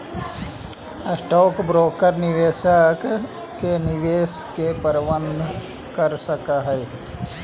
stock broker निवेशक के निवेश के प्रबंधन करऽ हई